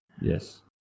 Yes